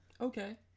Okay